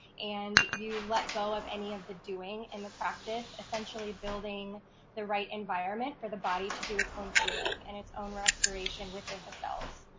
and you let go of any of the doing and the practice, essentially building the right environment for the body to do its own healing and its own restoration within the cells.